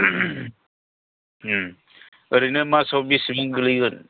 औरैनो मासाव बिसिबां गोलैगोन